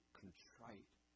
contrite